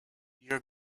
your